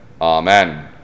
Amen